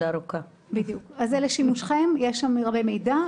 המצגת לשימושכם ויש בה הרבה מידע,